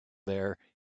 there